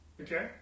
Okay